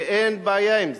ואין בעיה עם זה,